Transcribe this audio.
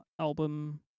album